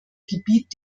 gebiet